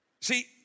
See